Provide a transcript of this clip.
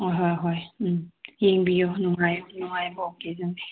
ꯑꯥ ꯍꯣꯏ ꯍꯣꯏ ꯍꯣꯏ ꯎꯝ ꯌꯦꯡꯕꯤꯌꯨ ꯅꯨꯡꯉꯥꯏꯕꯅꯦ ꯅꯨꯡꯉꯥꯏꯕ ꯑꯣꯀꯦꯖꯟꯅꯦ